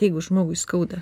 jeigu žmogui skauda